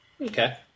Okay